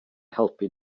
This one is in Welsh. helpu